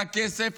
על הכסף,